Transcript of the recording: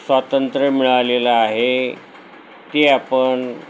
स्वातंत्र्य मिळालेलं आहे ते आपण